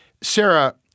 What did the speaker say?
Sarah